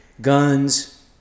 Guns